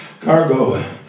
cargo